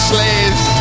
Slaves